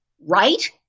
right